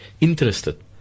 interested